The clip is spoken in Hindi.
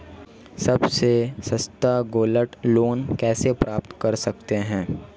सबसे सस्ता गोल्ड लोंन कैसे प्राप्त कर सकते हैं?